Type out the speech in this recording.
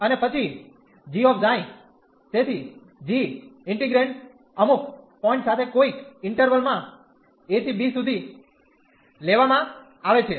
અને પછી g ξ તેથી g ઇન્ટિગ્રેન્ડ અમુક પોઇન્ટ સાથે કોઈક ઇન્ટર્વલ માં a to b સુધી લેવામાં આવે છે